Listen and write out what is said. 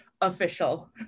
official